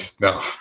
No